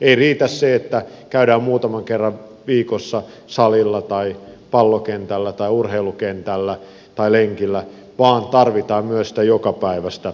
ei riitä se että käydään muutaman kerran viikossa salilla tai pallokentällä tai urheilukentällä tai lenkillä vaan tarvitaan myös sitä jokapäiväistä liikkumista